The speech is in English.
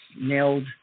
nailed